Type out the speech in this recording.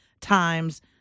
times